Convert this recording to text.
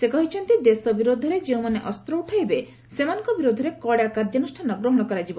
ସେ କହିଛନ୍ତି ଦେଶ ବିରୋଧରେ ଯେଉଁମାନେ ଅସ୍ତ୍ର ଉଠାଇବେ ସେମାନଙ୍କ ବିରୋଧରେ କଡ଼ା କାର୍ଯ୍ୟାନୁଷ୍ଠାନ ଗ୍ରହଣ କରାଯିବ